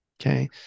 Okay